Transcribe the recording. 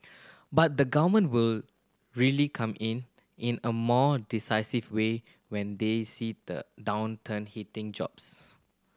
but the Govern will really come in in a more decisive way when they see the downturn hitting jobs